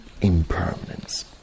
impermanence